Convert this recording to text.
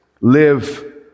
live